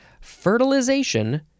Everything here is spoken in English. Fertilization